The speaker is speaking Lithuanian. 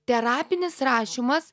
terapinis rašymas